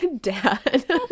Dad